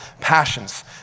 passions